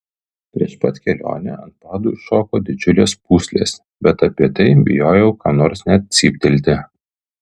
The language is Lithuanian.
prieš pat kelionę ant padų iššoko didžiulės pūslės bet apie tai bijojau kam nors net cyptelti